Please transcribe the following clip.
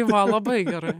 va labai gerai